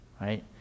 Right